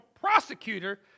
prosecutor